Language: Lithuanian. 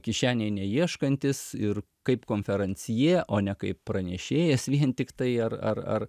kišenėj neieškantis ir kaip konferansjė o ne kaip pranešėjas vien tiktai ar ar ar